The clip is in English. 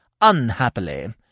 unhappily